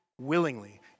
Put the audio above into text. willingly